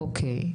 אוקיי.